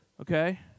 Okay